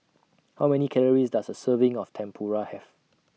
How Many Calories Does A Serving of Tempura Have